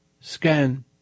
scan